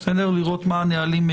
אני היום אתייחס לשני דברים.